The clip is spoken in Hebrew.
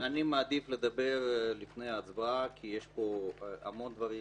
אני מעדיף לדבר לפני ההצבעה כי יש פה המון דברים,